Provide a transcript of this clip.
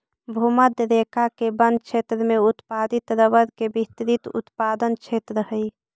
भूमध्य रेखा के वन क्षेत्र में उत्पादित रबर के विस्तृत उत्पादन क्षेत्र हइ